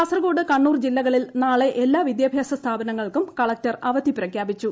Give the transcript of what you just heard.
കാസർകോഡ് കണ്ണൂർ ജില്ലകളിൽ നാളെ എല്ലാ വിദ്യാഭ്യാസ സ്ഥാപനങ്ങൾക്കും കളക്ടർ അവധി പ്രഖ്യാപിച്ചു